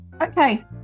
Okay